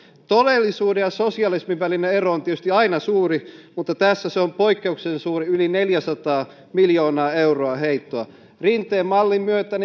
todellisuuden ja sosialismin välinen ero on tietysti aina suuri mutta tässä se on poikkeuksellisen suuri yli neljäsataa miljoonaa euroa heittoa rinteen mallin myötä